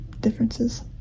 differences